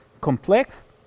complex